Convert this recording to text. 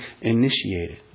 initiated